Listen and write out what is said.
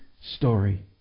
story